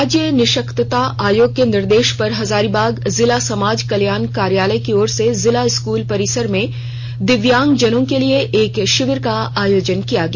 राज्य निःशक्तता आयोग के निर्देश पर हजारीबाग जिला समाज कल्याण कार्यालय की ओर से जिला स्कूल परिसर में दिव्यांगजनों के लिए एक षिविर का आयोजन किया गया